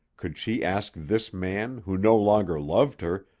could she ask this man, who no longer loved her,